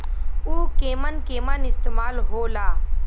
उव केमन केमन इस्तेमाल हो ला?